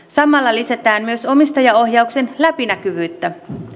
samalla lisätään myös omistajaohjauksen läpinäkyvyyttä